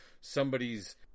somebody's